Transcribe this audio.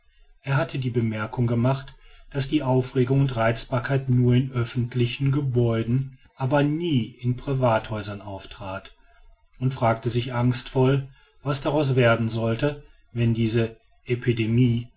er hatte die bemerkung gemacht daß die aufregung und reizbarkeit nur in öffentlichen gebäuden nie aber in privathäusern auftrat und fragte sich angstvoll was daraus werden sollte wenn diese epidemie